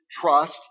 trust